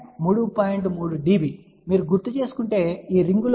3 dB మీరు గుర్తుచేసుకుంటే ఈ రింగ్లో ఒక దానికి 3